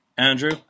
Andrew